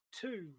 two